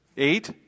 Eight